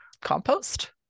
Compost